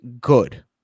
good